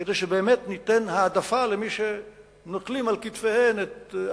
כדי שבאמת ניתן העדפה למי שנוטלים על כתפיהם